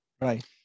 Right